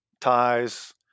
ties